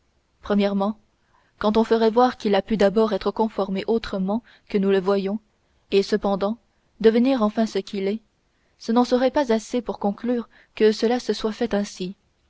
premièrement quand on ferait voir qu'il a pu d'abord être conformé autrement que nous le voyons et cependant devenir enfin ce qu'il est ce n'en serait pas assez pour conclure que cela se soit fait ainsi